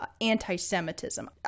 anti-Semitism